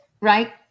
right